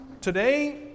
Today